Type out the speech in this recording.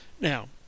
Now